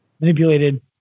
manipulated